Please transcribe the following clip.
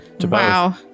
Wow